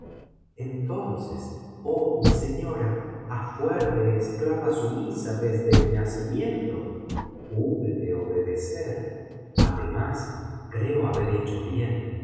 entonces oh mi señora á fuer de esclava sumisa desde mi nacimiento hube de obedecer además creo haber hecho bien